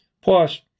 Plus